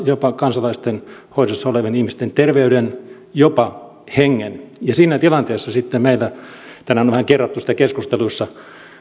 jopa kansalaisten hoidossa olevien ihmisten terveyden jopa hengen siinä tilanteessa sitten meillä tänään on vähän kerrattu sitä keskusteluissa